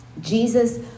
Jesus